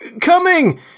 Coming